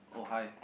orh hi